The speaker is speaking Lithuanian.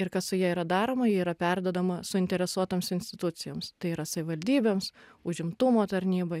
ir kas su ja yra daroma ji yra perduodama suinteresuotoms institucijoms tai yra savivaldybėms užimtumo tarnybai